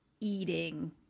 eating